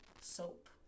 soap